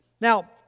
Now